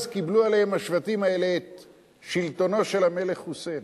אז קיבלו עליהם השבטים האלה את שלטונו של המלך חוסיין.